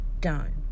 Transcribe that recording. done